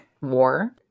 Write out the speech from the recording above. war